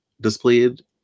displayed